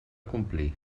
complir